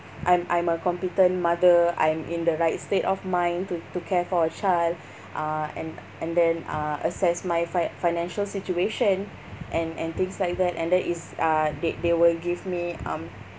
I'm I'm a competent mother I'm in the right state of mind to to care for a child uh and and then uh assess my fi~ financial situation and and things like that and that is uh they they will give me um